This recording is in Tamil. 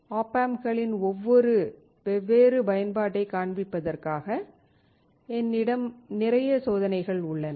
op ampகளின் வெவ்வேறு பயன்பாட்டைக் காண்பிப்பதற்காக என்னிடம் நிறைய சோதனைகள் உள்ளன